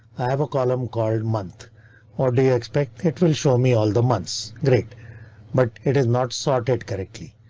i have a column called month or do you expect it will show me all the months? great but it is not sorted correctly.